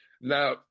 Now